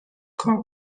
کار